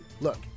Look